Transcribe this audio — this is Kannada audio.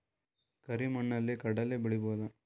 ಕರಿ ಮಣ್ಣಲಿ ಕಡಲಿ ಬೆಳಿ ಬೋದ?